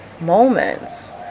moments